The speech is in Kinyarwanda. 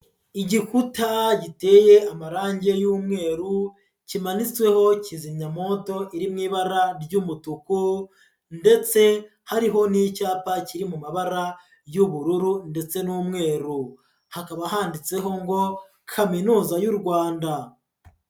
Igikuta giteye amarange y'umweru, kimanitsweho kizimyamwoto iri mu ibara ry'umutuku ndetse hariho n'icyapa kiri mu mabara y'ubururu ndetse n'umweru. Hakaba handitseho ngo "kaminuza y'u Rwanda".